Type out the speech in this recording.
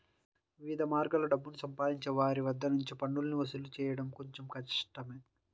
వివిధ మార్గాల్లో డబ్బుని సంపాదించే వారి వద్ద నుంచి పన్నులను వసూలు చేయడం కొంచెం కష్టమే